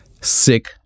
sick